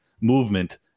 movement